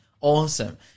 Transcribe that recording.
Awesome